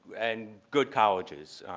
and good colleges.